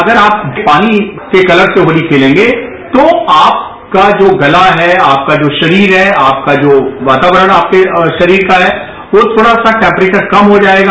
अगर आप पानी के कतर से होती खेलेंगे तो आपका जो गला है आपका जो सरीर है आपका जो वातावरण आपके सरीर का है वह थोड़ा सा टेम्परेचर कम हो जायेगा